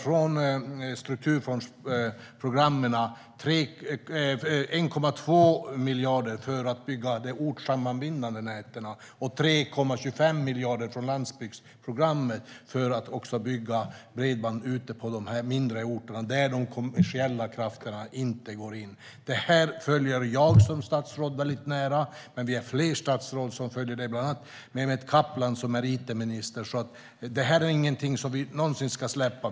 Från strukturfondsprogrammen satsar vi 1,2 miljarder för att bygga de ortssammanbindande näten. Vi satsar också 3,25 miljarder från landsbygdsprogrammet för att bygga ut bredband på mindre orter där de kommersiella krafterna inte är intresserade. Det här följer jag som statsråd väldigt nära, och det är fler statsråd som gör det, bland annat Mehmet Kaplan som är it-minister. Vi ska aldrig någonsin släppa detta.